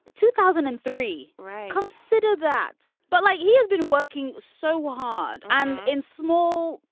two thousand and three. right. consider that. but like he has been working so hard and in small,